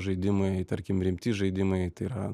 žaidimai tarkim rimti žaidimai tai yra